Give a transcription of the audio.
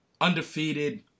Undefeated